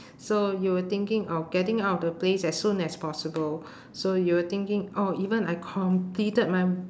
so you were thinking of getting out of the place as soon as possible so you were thinking oh even I completed my